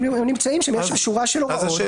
יש שם שורה של הוראות.